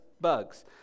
bugs